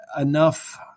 Enough